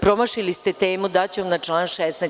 Promašili ste temu, daću vam na član 16.